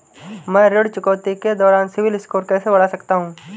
मैं ऋण चुकौती के दौरान सिबिल स्कोर कैसे बढ़ा सकता हूं?